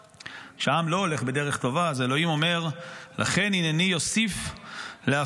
כשהעם לא הולך בדרך טובה אז אלוהים אומר: "לכן הנני יוֹסִף להפליא